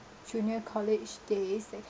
junior college days that